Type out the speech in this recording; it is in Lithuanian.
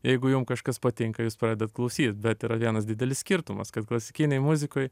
jeigu jum kažkas patinka jūs pradedat klausyt bet yra vienas didelis skirtumas kad klasikinėj muzikoj